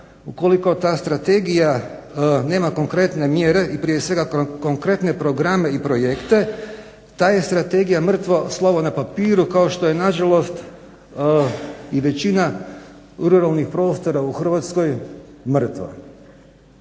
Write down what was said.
ukoliko ta strategija nema konkretne mjere i prije svega konkretne programe i projekte ta je strategija mrtvo slovo na papiru kao što je nažalost i većina ruralnih prostora u Hrvatskoj mrtva.